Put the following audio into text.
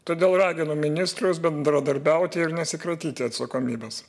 todėl raginu ministrus bendradarbiauti ir nesikratyti atsakomybės